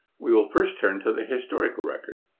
we will first turn to the historical record.